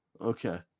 Okay